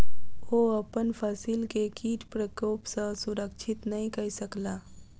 ओ अपन फसिल के कीट प्रकोप सॅ सुरक्षित नै कय सकला